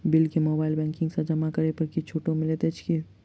Bill केँ mobile banking सँ जमा करै पर किछ छुटो मिलैत अछि की?